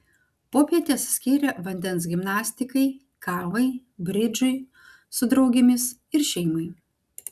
popietes skiria vandens gimnastikai kavai bridžui su draugėmis ir šeimai